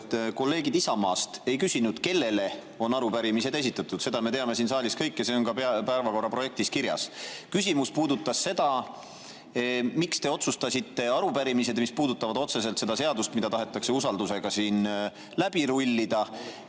tähelepanu, et kolleegid Isamaast ei küsinud, kellele on arupärimised esitatud. Seda me teame siin saalis kõik, see on ka päevakorra projektis kirjas. Küsimus puudutas seda, miks te otsustasite arupärimised, mis puudutavad otseselt seda seadust, mida tahetakse usaldusega siin läbi rullida,